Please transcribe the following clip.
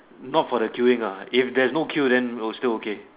not for the queuing lah if there is not queue then will still okay